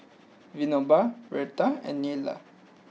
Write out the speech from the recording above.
Vinoba Virat and Neila